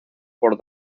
por